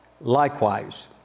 likewise